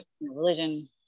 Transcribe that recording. religion